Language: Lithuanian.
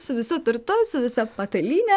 su visu turtu su visa patalyne